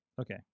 Okay